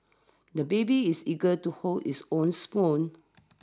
the baby is eager to hold his own spoon